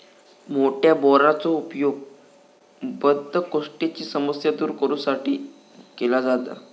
मोठ्या बोराचो उपयोग बद्धकोष्ठतेची समस्या दूर करू साठी केलो जाता